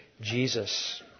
Jesus